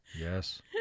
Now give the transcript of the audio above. Yes